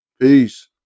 peace